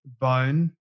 bone